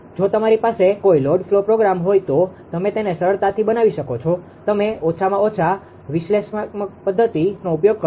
જો તમારી પાસે કોઈ લોડ ફ્લો પ્રોગ્રામ હોય તો તમે તેને સરળતાથી બનાવી શકો છો તમે ઓછામાં ઓછા વિશ્લેષણાત્મક પદ્ધતિનો ઉપયોગ કરો છો